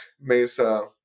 Mesa